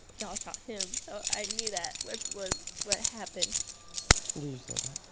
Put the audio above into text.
y'all shot him. so i knew that was was what happened did you say that?